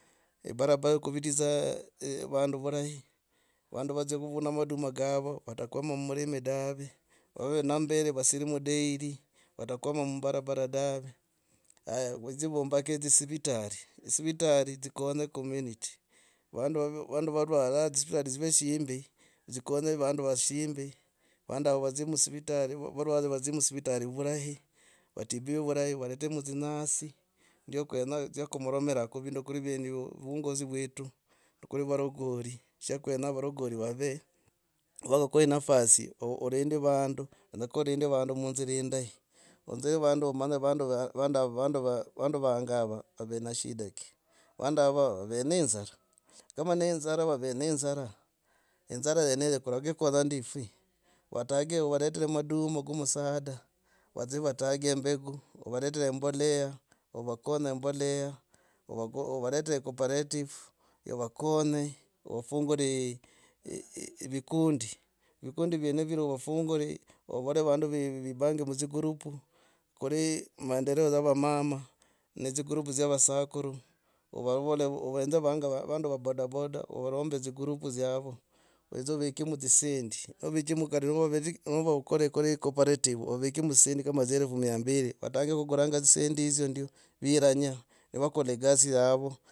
Ebarabara ya kuvitidza eeh vandu vurahi, vandu vadzia vavina maduma kavo, vatakwama mumulimi dave, vave na mambere vasire mu dairy vatakwama mumbarabara dave. Haya vadzie vambake dzi sivitari. Ozi sivitari dzikonye community, vandu varwa varwarwa dzisivitari dzive dzi himbi dzikonye vandu himbi, vande avo vadzie musivitari, varwahe vadzie musivitari vurahi vatibwe vurahi varetemo dzinyasi ndio kwenya ku dzya kuramiraka vindu kuri vyenevyo, vuongozi vwetu kuri varogori. Sha kwenya varogori vave, vakakwa nafasi olindi vandu kenyakaa olinde vandu munzira indahi onzira vandu, omanye vandu vandu vange ava vave ne shida ki. Vandu ava vave ne inzara? Kama nenzara vave nenzara, enzara yeneyo kurakikora ndi fwi. Otage ovaretre maduma komusaada, vadzi vatage embegu coorparative ivakonye ofungil vikundi, vikundi vyenevyo viraa ovafungul ovole vandu ve vebonge mu dzi group kuli maendeleo ka va mama ne tsi group dzya vasakuru avavole, ohenze vandu va bodaboda ovarombe dzi group dzyavo widzo ovikemo dzisendi. Novichimo kari nova ukori kuli coorparative, ovikemo dzsendi. Kama dzilefu mia mbiri vatange kuguranga dzsendi. Hizo ndya viranya nivagola gasi yavo.